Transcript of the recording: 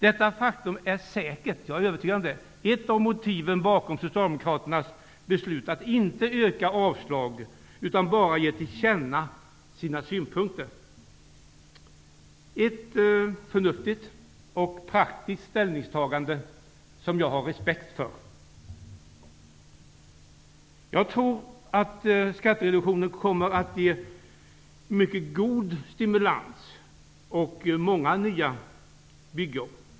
Detta faktum är säkert ett av motiven bakom socialdemokraternas beslut att inte yrka avslag utan bara ge till känna sina synpunkter. Det är ett förnuftigt och praktiskt ställningstagande som jag har respekt för. Skattereduktionen kommer säkert att ge en mycket god stimulans och många nya byggjobb.